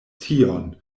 tion